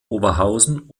oberhausen